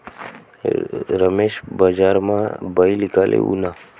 रमेश बजारमा बैल ईकाले ऊना